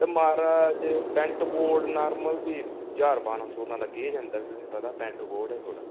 ते महाराज pant coat normal फ्ही ज्हार बारां सौ तां लग्गी गै जंदा फ्ही तुसें पता पैंट कोट ऐ थोह्ड़ा